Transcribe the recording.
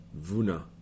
Vuna